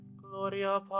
gloria